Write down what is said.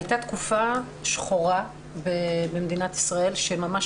הייתה תקופה שחורה במדינת ישראל שממש